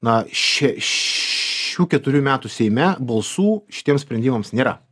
na šia šių keturių metų seime balsų šitiems sprendimams nėra